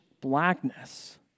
blackness